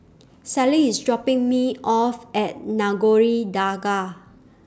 Sallie IS dropping Me off At Nagore Dargah